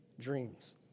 Dreams